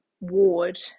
ward